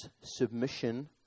submission